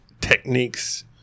techniques